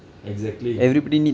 exactly